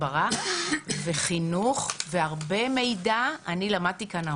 הסברה וחינוך והרבה מידע אני למדתי כאן.